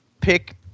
Pick